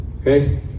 Okay